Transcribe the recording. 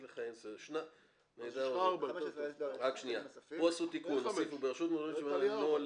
אנחנו מדברים פה רק על שכר, לא על